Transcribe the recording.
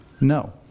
No